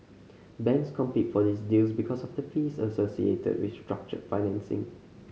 banks compete for these deals because of the fees associated with structured financing